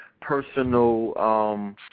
personal